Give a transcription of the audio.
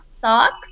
socks